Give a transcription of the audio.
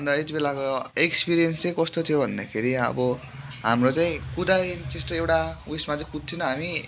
अन्त यतिबेलाको एक्सपेरियन्स चाहिँ कस्तो थियो भन्दाखेरि आबो हाम्रो चाहिँ कुदाए पनि त्यस्तो एउटा उएसमा चाहिँ कुद्थेनौँ हामी